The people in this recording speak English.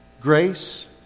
grace